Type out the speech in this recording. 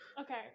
Okay